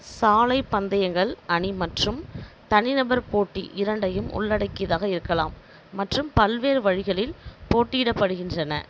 சாலை பந்தயங்கள் அணி மற்றும் தனிநபர் போட்டி இரண்டையும் உள்ளடக்கியதாக இருக்கலாம் மற்றும் பல்வேறு வழிகளில் போட்டியிடப்படுகின்றன